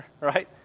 right